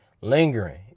lingering